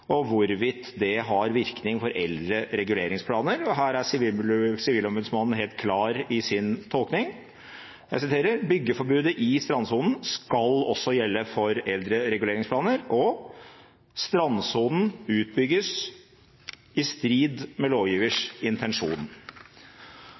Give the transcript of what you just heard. og hvorvidt det har virkning for eldre reguleringsplaner, og her er Sivilombudsmannen helt klar i sin tolkning på at byggeforbudet i strandsonen også skal gjelde for eldre reguleringsplaner, og sier at «strandsonen utbygges i strid med lovgivers